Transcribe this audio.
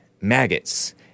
Maggots